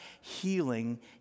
healing